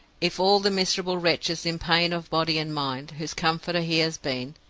if all the miserable wretches in pain of body and mind, whose comforter he has been,